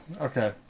okay